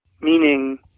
Meaning